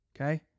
Okay